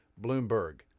Bloomberg